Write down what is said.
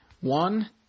one